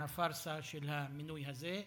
מהפארסה של המינוי הזה,